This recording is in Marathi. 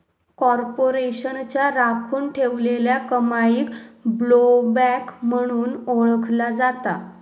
कॉर्पोरेशनच्या राखुन ठेवलेल्या कमाईक ब्लोबॅक म्हणून ओळखला जाता